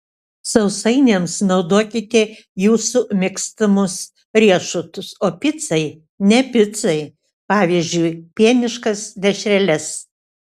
sausainiams naudokite jūsų mėgstamus riešutus o picai ne picai pavyzdžiui pieniškas dešreles